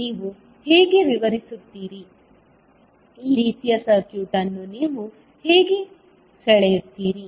ನೀವು ಹೇಗೆ ವಿವರಿಸುತ್ತೀರಿ ಈ ರೀತಿಯ ಸರ್ಕ್ಯೂಟ್ ಅನ್ನು ನೀವು ಹೇಗೆ ಸೆಳೆಯುತ್ತೀರಿ